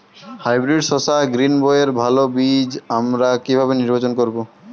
Hybrid শসা গ্রীনবইয়ের ভালো বীজ আমরা কিভাবে নির্বাচন করব?